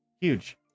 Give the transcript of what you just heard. huge